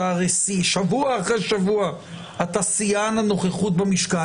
אתה הרי שבוע אחרי שבוע אתה שיאן הנוכחות במשכן,